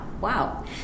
wow